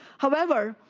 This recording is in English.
however,